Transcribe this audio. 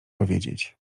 powiedzieć